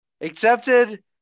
accepted